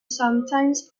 sometimes